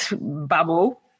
bubble